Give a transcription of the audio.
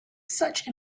such